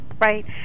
right